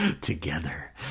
Together